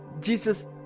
Jesus